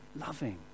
loving